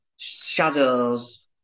Shadows